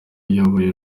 uyoboye